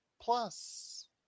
plus